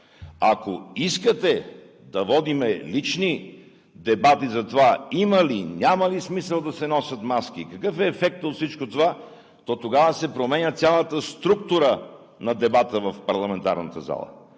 Ако искате да водим лични дебати за това има ли, няма ли смисъл да се носят маски, какъв е ефектът от всичко това, то тогава се променя цялата структура на дебата в парламентарната зала.